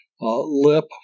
lip